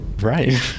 Right